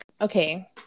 Okay